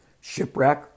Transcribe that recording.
Shipwreck